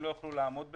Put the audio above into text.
הם לא יוכלו לעמוד בזה.